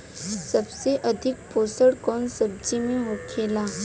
सबसे अधिक पोषण कवन सब्जी में होखेला?